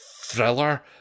thriller